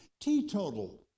Teetotal